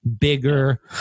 bigger